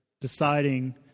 deciding